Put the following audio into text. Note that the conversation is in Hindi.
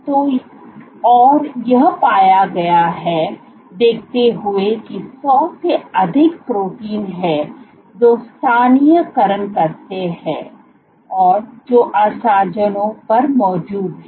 तो और यह पाया गया है देखते हुए कि 100 से अधिक प्रोटीन हैं जो स्थानीयकरण करते हैं जो आसंजनों पर मौजूद हैं